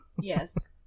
Yes